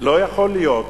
לא יכול להיות.